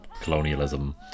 colonialism